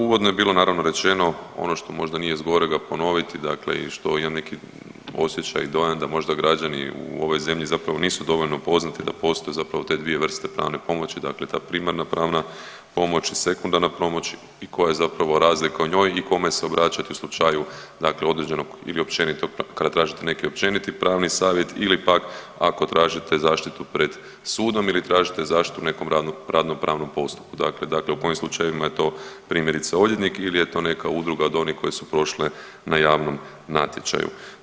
Uvodno je bilo naravno rečeno ono što možda nije zgorega ponoviti, dakle i što imam neki osjećaj i dojam da možda građani u ovoj zemlji zapravo nisu dovoljno upoznati da postoje zapravo te dvije vrste pravne pomoći, dakle ta primarna pravna pomoć i sekundarna pomoć i koja je zapravo razlika u njoj i kome se obraćati u slučaju dakle određenog ili općenitog, kada tražite neki općeniti pravni savjet ili pak ako tražite zaštitu pred sudom ili tražite zaštitu u nekom radno pravnom postupku, dakle, dakle u kojim slučajevima je to primjerice odvjetnik ili je to neka udruga od onih koje su prošle na javnom natječaju.